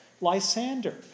Lysander